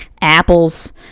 apples